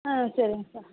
ஆ சரிங்க சார்